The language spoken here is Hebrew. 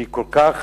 שהיא כל כך,